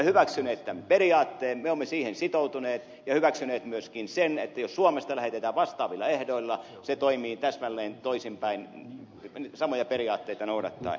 me olemme siihen sitoutuneet ja hyväksyneet myöskin sen että jos suomesta lähetetään vastaavilla ehdoilla se toimii täsmälleen toisinpäin samoja periaatteita noudattaen